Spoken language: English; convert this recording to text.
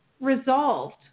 resolved